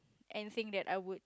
and think that I would